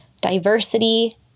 diversity